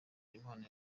impano